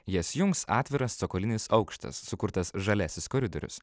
jas jungs atviras cokolinis aukštas sukurtas žaliasis koridorius